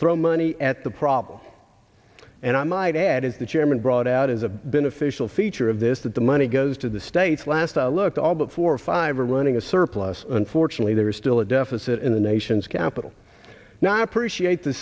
throw money at the problem and i might add is the chairman brought out is a beneficial feature of this that the money goes to the states last i looked at all but four or five are running a surplus unfortunately there is still a deficit in the nation's capital now i appreciate the